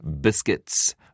biscuits